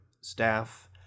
staff